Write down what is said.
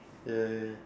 ya ya